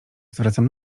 zwracam